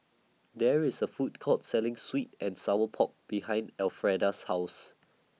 There IS A Food Court Selling Sweet and Sour Pork behind Elfreda's House